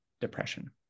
depression